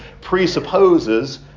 presupposes